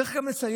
צריך גם לציין,